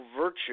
virtue